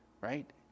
right